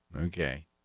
okay